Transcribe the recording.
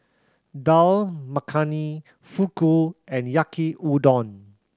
Dal Makhani Fugu and Yaki Udon